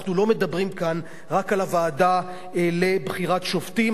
אנחנו לא מדברים כאן רק על הוועדה לבחירת שופטים,